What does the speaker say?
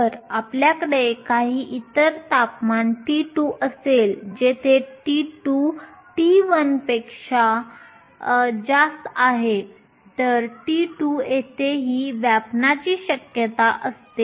जर आपल्याकडे काही इतर तापमान T2 असेल जेथे T2 हे T1 पेक्षा जास्त आहे तर T2 येथे ही व्यापण्याची शक्यता असते